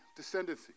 descendancy